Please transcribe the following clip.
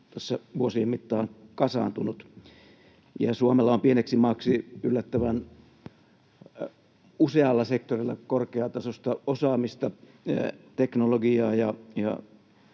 tässä vuosien mittaan kasaantunut. Suomella on pieneksi maaksi yllättävän usealla sektorilla korkeatasoista osaamista, teknologiaa ja